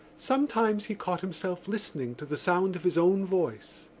sometimes he caught himself listening to the sound of his own voice.